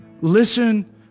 listen